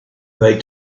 about